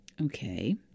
okay